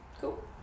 cool